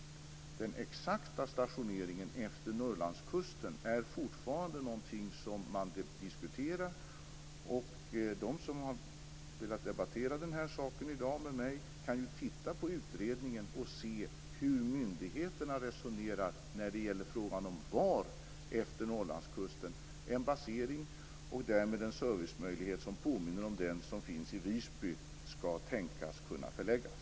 Den exakta stationeringen utefter Norrlandskusten är fortfarande någonting som man diskuterar. De som har velat debattera denna fråga med mig i dag kan ju läsa utredningen och se hur myndigheterna resonerar när det gäller frågan om var utefter Norrlandskusten en basering, och därmed en servicemöjlighet som påminner om den som finns i Visby, skall kunna tänkas förläggas.